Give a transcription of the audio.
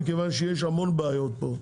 כי יש המון בעיות פה.